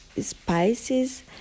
spices